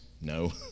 no